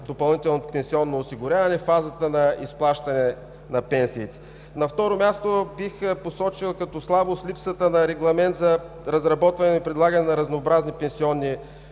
допълнителното пенсионно осигуряване, фазата на изплащане на пенсиите. На второ място, бих посочил като слабост липсата на регламент за разработване и предлагане на разнообразни пенсионни